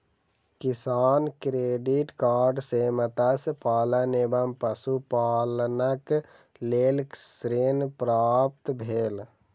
किसान credit card सॅ मत्स्य पालन एवं पशुपालनक लेल ऋण प्राप्त भेल